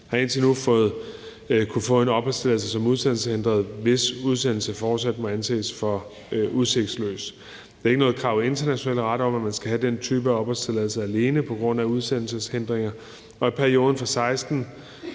har indtil nu kunnet få en opholdstilladelse som udsendelseshindret, hvis en udsendelse fortsat må anses for udsigtsløs. Der er ikke noget krav i international ret om, at man skal have den type af opholdstilladelse alene på grund af udsendelseshindringer, og der er i perioden fra 2016